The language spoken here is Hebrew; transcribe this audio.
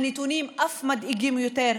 הנתונים אף מדאיגים יותר.